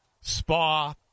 spa